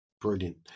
Brilliant